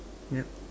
yup